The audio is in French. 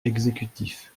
exécutif